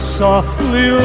softly